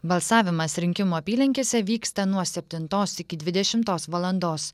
balsavimas rinkimų apylinkėse vyksta nuo septintos iki dvidešimtos valandos